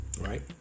Right